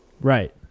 Right